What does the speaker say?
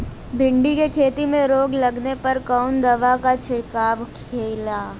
भिंडी की खेती में रोग लगने पर कौन दवा के छिड़काव खेला?